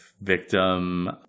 victim